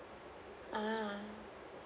uh